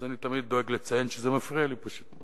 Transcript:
אז אני תמיד דואג לציין שזה מפריע לי פשוט.